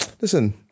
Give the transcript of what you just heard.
Listen